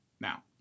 now